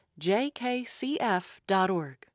Jkcf.org